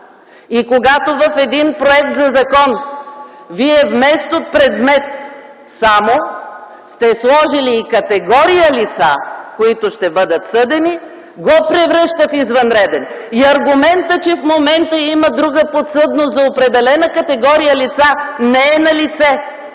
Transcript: Когато в един законопроект вие вместо предмет само сте сложили и категория лица, които ще бъдат съдени, го превръща в извънреден. Аргументът, че в момента има друга подсъдност за определена категория лица не е налице,